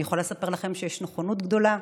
אני יכולה לספר לכם שיש נכונות גדולה.